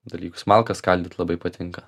dalykus malkas skaldyt labai patinka